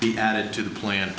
be added to the plant